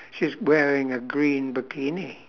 she's wearing a green bikini